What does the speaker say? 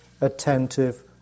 attentive